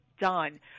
done